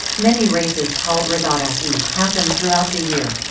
many races called regata e happen throughout the year.